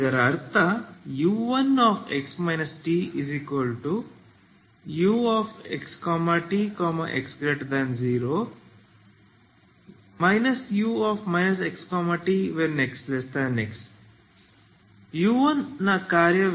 ಇದರ ಅರ್ಥ u1xtuxt x0 u xt x0 u1ನ ವಿಸ್ತರಣೆ ಕಾರ್ಯ